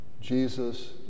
Jesus